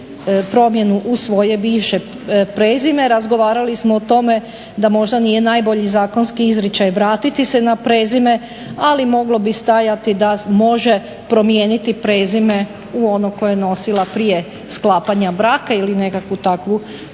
promjenu u svoje bivše prezime. Razgovarali smo o tome da možda nije najbolji zakonski izričaj vratiti se na prezime, ali moglo bi stajati da može promijeniti prezime u ono koje je nosila prije sklapanja braka ili nekakvu takvu